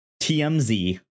TMZ